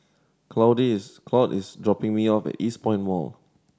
Claude is dropping me off at Eastpoint Mall